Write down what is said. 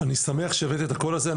אני שמח שהבאת את הקול הזה.